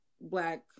black